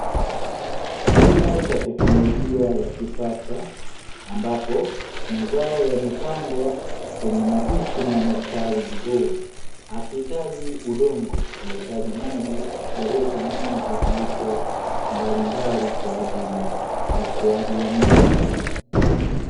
Kilimo cha teknolojia ya kisasa, ambapo mazao yamepandwa kwenye madishi na yamestawi vizuri .Hakiitaji udongo kinahitaji maji yaliyochanganywa na virutubisho mbalimbali kwa ajili ya ukuaji wa mimea.